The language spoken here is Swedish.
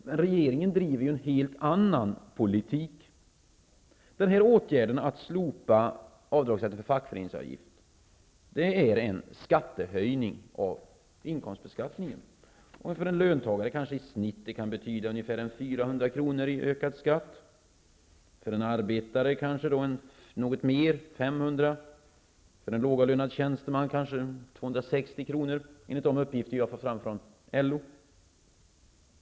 Men regeringen driver en helt annan politik. Åtgärden att slopa avdragsrätten för fackföreningsavgift är en höjning av inkomstbeskattningen. För en löntagare kan det i genomsnitt betyda ca 400 kr. i ökad skatt, för en arbetare kanske något mer, ca 500 kr., och för en lågavlönad tjänsteman kanske 260 kr. enligt de uppgifter vi har fått fram från LO.